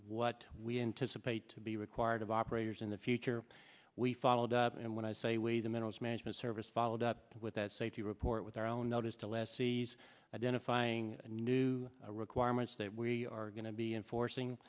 what we anticipate to be required of operators in the future we followed up and when i say wait a minute it's management service followed up with that safety report with our own notice to lessees identifying the new requirements that we are going to be enforcing